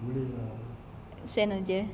send jer eh